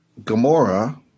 Gamora